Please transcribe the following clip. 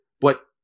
But-